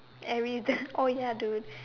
airy zen oh ya dude